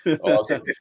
Awesome